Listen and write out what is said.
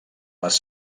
les